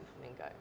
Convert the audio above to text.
flamingo